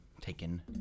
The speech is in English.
taken